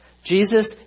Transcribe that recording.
Jesus